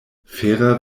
fera